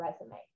resume